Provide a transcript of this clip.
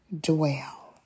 dwell